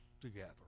together